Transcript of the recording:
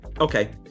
okay